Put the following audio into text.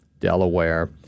Delaware